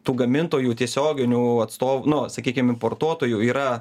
tų gamintojų tiesioginių atstov nu sakykim importuotojų yra